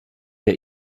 der